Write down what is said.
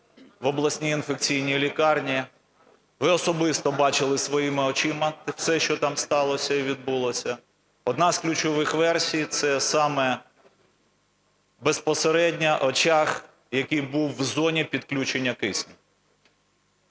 в обласній інфекційній лікарні. Ви особисто бачили своїми очима все, що там сталося і відбулося. Одна з ключових версій – це саме безпосередньо очаг, який був у зоні підключення тиску.